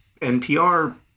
NPR